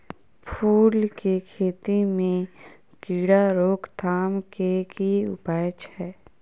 फूल केँ खेती मे कीड़ा रोकथाम केँ की उपाय छै?